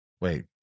Wait